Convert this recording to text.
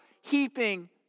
heaping